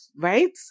right